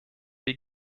wir